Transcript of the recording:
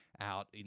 out